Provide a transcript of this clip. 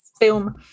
film